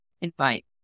invite